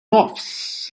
nofs